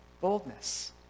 boldness